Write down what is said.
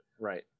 Right